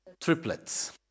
Triplets